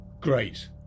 Great